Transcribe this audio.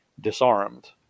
disarmed